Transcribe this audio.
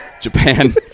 Japan